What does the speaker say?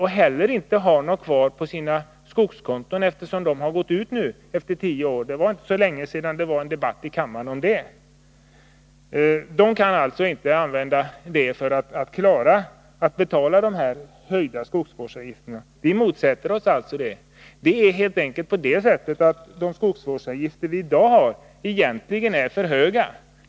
Och man har inte heller någonting kvar på sitt skogskonto, eftersom skogskontona nu efter tio år har gått ut — det var en debatt här i kammaren om det för inte så länge sedan. Skogskontona kan alltså inte för alla användas för att betala en höjning av skogsvårdsavgifterna — en höjning som vi motsätter oss. De skogsvårdsavgifter vi har i dag är egentligen för höga.